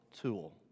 tool